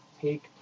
take